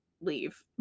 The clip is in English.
leave